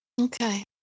okay